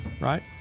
right